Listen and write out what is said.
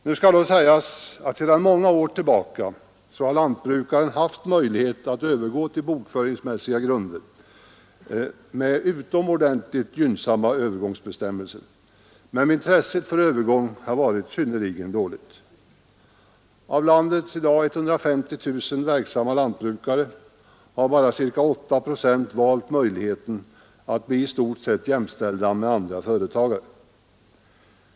Nu skall dock sägas att sedan många år tillbaka har lantbrukaren haft möjlighet att övergå till bokföringsmässiga grunder med utomordentligt gynnsamma öÖvergångsbestämmelser, men intresset för övergång har varit synnerligen dåligt. Av landets i dag 150 000 verksamma lantbrukare har bara ca 8 procent valt möjligheten att bli i stort jämställda med andra företagare.